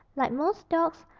like most dogs,